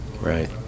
Right